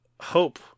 hope